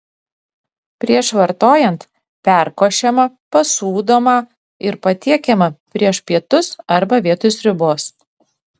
prieš vartojant perkošiama pasūdomą ir patiekiama prieš pietus arba vietoj sriubos